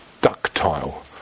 ductile